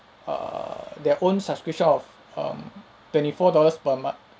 err their own subscription of um twenty four dollars per month